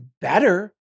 better